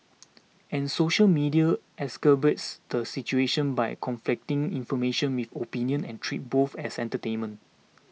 and social media exacerbates the situation by conflating information with opinion and treating both as entertainment